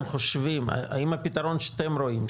האם הפתרון שאתם רואים,